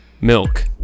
milk